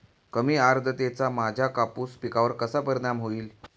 कमी आर्द्रतेचा माझ्या कापूस पिकावर कसा परिणाम होईल?